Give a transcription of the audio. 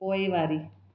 पोइवारी